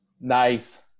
Nice